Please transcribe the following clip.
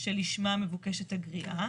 שלשמה מבוקשת הגריעה.